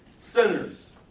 sinners